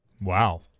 Wow